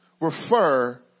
refer